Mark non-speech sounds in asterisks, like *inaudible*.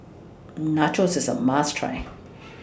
Nachos IS A must Try *noise*